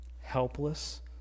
helpless